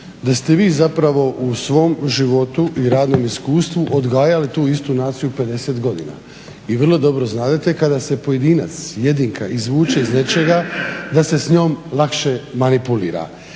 da ste vi zapravo u svom životu i radnom iskustvu odgajali tu istu naciju 50 godina i vrlo dobro znadete kada se pojedinac, jedinka izvuče iz nečega da se s njom lakše manipulira.